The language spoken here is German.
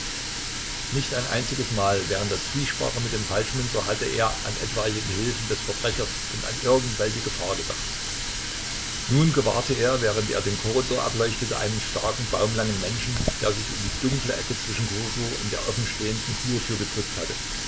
nicht ein einziges mal während der zwiesprache mit dem falschmünzer hatte er an etwaige gehilfen des verbrechers und an irgend welche gefahr gedacht nun gewahrte er während er den korridor ableuchtete einen starken baumlangen menschen der sich in die dunkle ecke zwischen korridor und der offenstehenden flurtür gedrückt hatte